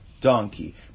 donkey